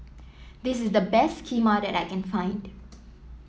this is the best Kheema that I can find